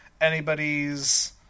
anybody's